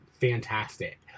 fantastic